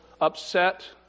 upset